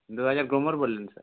দুহাজার grow more বললেন